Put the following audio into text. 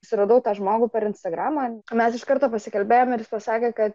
suradau tą žmogų per instagramą mes iš karto pasikalbėjom ir jis pasakė kad